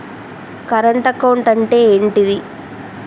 Current account అంటే ఏంటిది?